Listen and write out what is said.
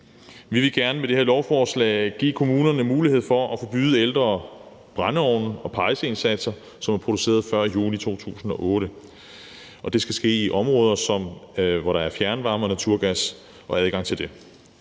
Vi vil gerne med det her lovforslag give kommunerne mulighed for at forbyde ældre brændeovne og pejseindsatse, som er produceret før juni 2008, og det skal ske i områder, hvor der er fjernvarme og naturgas og adgang til det.